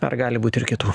ar gali būt ir kitų